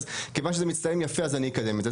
אבל כיוון שזה מצטלם יפה אז אני אגיד את זה,